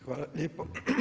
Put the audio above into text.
Hvala lijepo.